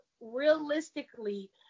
realistically